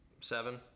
seven